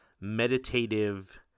meditative